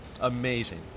Amazing